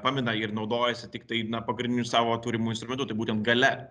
pamina ir naudojasi tiktai na pagrindiniu savo turimu instrumentu tai būtent galia